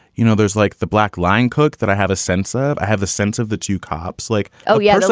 you know, there's like the black line cook that i have a sense of i have the sense of the two cops like, oh, yeah, so